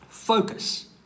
Focus